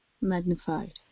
magnified